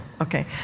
Okay